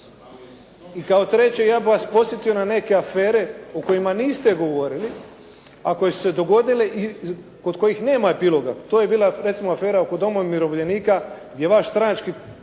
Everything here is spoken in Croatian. I kao treće ja bih vas podsjetio na neke afere o kojima niste govorili, a koje su se dogodile i kod kojih nema epiloga. To je bila recimo afera oko doma umirovljenika gdje vaš stranački